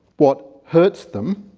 what hurts them,